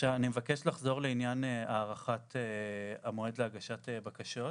אני מבקש לחזור לעניין הארכת המועד להגשת בקשות.